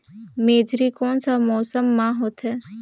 मेझरी कोन सा मौसम मां होथे?